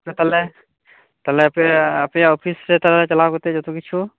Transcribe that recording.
ᱟᱪᱪᱷᱟ ᱛᱟᱞᱦᱮ ᱟᱪᱪᱷᱟ ᱟᱯᱮᱭᱟᱜ ᱚᱯᱷᱤᱨ ᱨᱮ ᱪᱟᱞᱟᱣ ᱠᱟᱛᱮ ᱡᱚᱛᱚ ᱠᱤᱪᱷᱩ